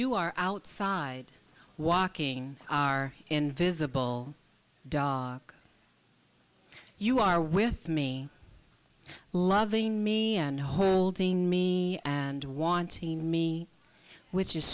you are outside walking are invisible dark you are with me loving me and holding me and wanting me which is